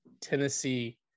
Tennessee